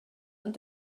ond